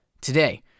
Today